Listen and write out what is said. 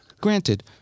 Granted